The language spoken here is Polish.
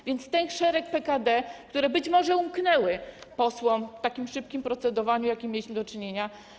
A więc ten szereg PKD, który być może umknął posłom w takim szybkim procedowaniu, z jakim mieliśmy do czynienia.